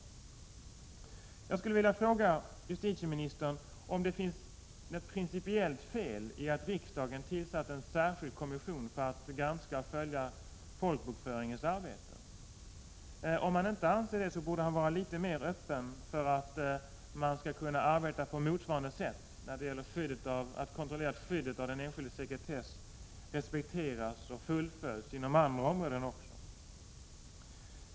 Sedan skulle jag vilja fråga justitieministern om det är något principiellt fel i att riksdagen tillsatt en särskild kommission för att granska och följa folkbokföringens arbete. Om justitieministern inte anser det, borde han vara litet mer öppen för att man skall kunna arbeta på motsvarande sätt när det gäller att kontrollera skyddet av sekretessen och att den enskildes integritet respekteras och fullföljs också inom andra områden.